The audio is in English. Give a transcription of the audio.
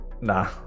Nah